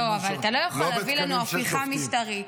אתה לא יכול להביא לנו הפיכה משטרית,